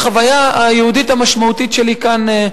החוויה היהודית המשמעותית שלי כאן,